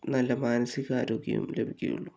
നല്ല മാനസികാരോഗ്യം ലഭിക്കുകയുള്ളു